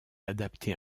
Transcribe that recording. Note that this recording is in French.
adapté